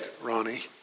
Ronnie